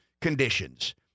conditions